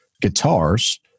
guitars